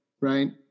right